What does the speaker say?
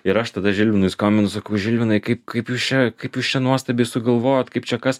ir aš tada žilvinui skambinu sakau žilvinai kaip kaip jūs čia kaip jūs čia nuostabiai sugalvojot kaip čia kas